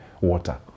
water